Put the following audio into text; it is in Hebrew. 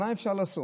מה אפשר לעשות?